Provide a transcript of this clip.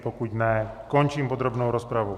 Pokud ne, končím podrobnou rozpravu.